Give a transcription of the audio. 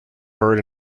bird